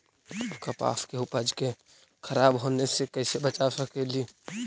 कपास के उपज के खराब होने से कैसे बचा सकेली?